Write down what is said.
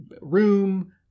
room